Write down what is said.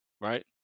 right